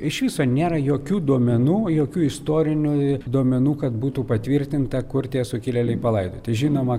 iš viso nėra jokių duomenų jokių istorinių duomenų kad būtų patvirtinta kur tie sukilėliai palaidoti žinoma